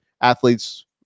athletes